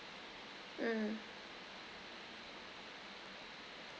mm